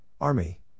Army